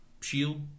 shield